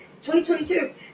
2022